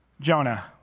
Jonah